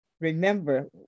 Remember